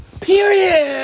Period